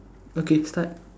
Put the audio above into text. okay start